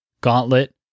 Gauntlet